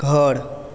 घर